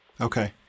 Okay